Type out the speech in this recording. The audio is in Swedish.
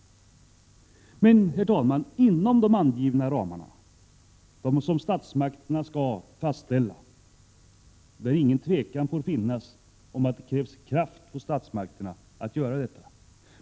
Det får, herr talman, inte råda någon tvekan om att statsmakterna har betydelsefulla uppgifter när det gäller att fastställa ramarna för kärnkraftsavvecklingen.